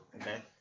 Okay